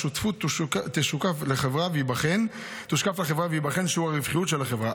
השותפות תשוקף לחברה וייבחן שיעור הרווחיות של החברה,